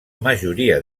majoria